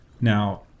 Now